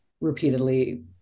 repeatedly